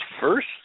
first